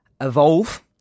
evolve